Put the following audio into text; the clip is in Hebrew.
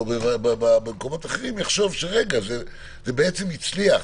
במקומות אחרים יחשוב שזה בעצם הצליח.